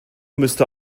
müsste